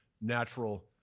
natural